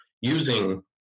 using